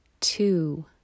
two